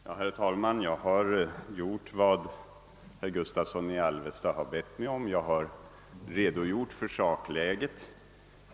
Herr talman! Jag har gjort vad herr Gustavsson i Alvesta har bett mig om: jag har redogjort för sakläget.